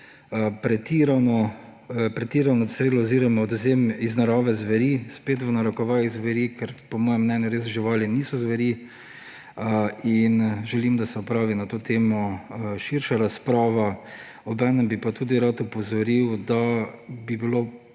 dostikrat pretiran odstrel oziroma odvzem iz narave zveri ‒ spet v narekovajih zveri ‒, ker po mojem mnenju živali res niso zveri. Želim, da se opravi na to temo širša razprava, obenem bi pa tudi rad opozoril, da bi bilo